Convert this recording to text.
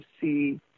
see